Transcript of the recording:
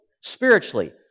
Spiritually